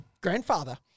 grandfather